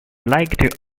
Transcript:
like